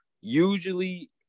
usually